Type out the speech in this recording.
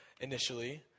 initially